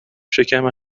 شکم